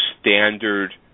standard